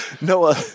Noah